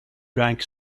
drank